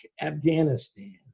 Afghanistan